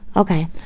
Okay